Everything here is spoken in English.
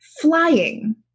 flying